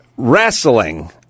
Wrestling